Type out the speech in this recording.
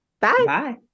bye